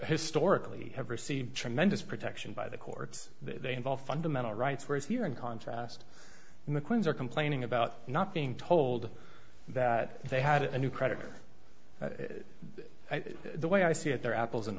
historically have received tremendous protection by the courts they involve fundamental rights whereas here in contrast in the quins are complaining about not being told that they had a new creditor the way i see it they're apples and